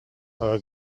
our